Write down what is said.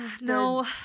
no